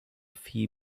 phi